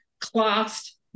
classed